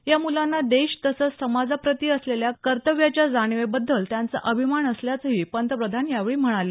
या मुलांना देश तसंच समाजाप्रती असलेल्या कर्तव्याचा जाणीवेबद्दल त्यांचा अभिमान असल्याचंही पंतप्रधान यावेळी म्हणाले